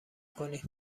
کنی